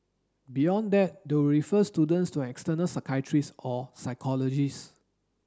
beyond that they will refer students to an external psychiatrist or psychologist